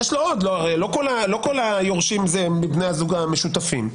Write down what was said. לא כל היורשים זה מבני הזוג המשותפים.